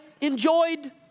enjoyed